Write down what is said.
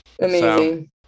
Amazing